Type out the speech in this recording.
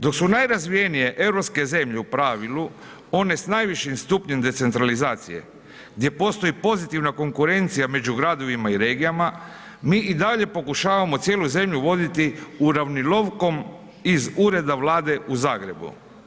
Dok su najrazvijenije europske zemlje u pravilu, one s najvišim stupnjem decentralizacije, gdje postoji pozitivna konkurencija među gradovima i regijama, mi i dalje pokušavamo cijelu zemlju voditi ... iz reda Vlade u Zagrebu.